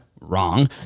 wrong